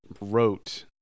wrote